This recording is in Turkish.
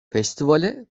festivale